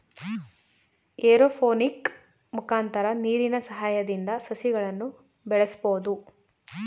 aeroponic ಮುಖಾಂತರ ನೀರಿನ ಸಹಾಯದಿಂದ ಸಸಿಗಳನ್ನು ಬೆಳಸ್ಬೋದು